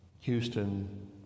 Houston